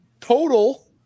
total